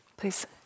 Please